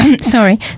sorry